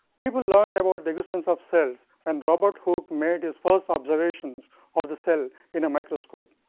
people learnt about the existence of cells and robert hooke made his first observations of the cell in a microscope.